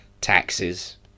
taxes